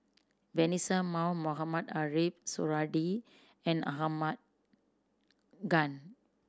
Vanessa Mae Mohamed Ariff Suradi and Ahmad Khan